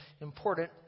important